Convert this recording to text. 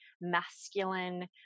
masculine